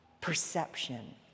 Perception